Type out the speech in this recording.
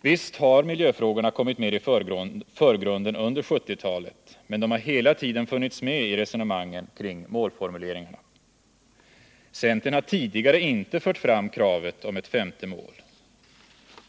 Visst har miljöfrågorna kommit mer i förgrunden under 1970-talet, men de har hela tiden funnits med i resonemangen kring målformuleringarna. Centern har tidigare inte fört fram kravet om ett femte mål.